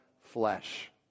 flesh